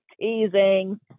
teasing